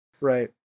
right